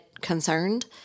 concerned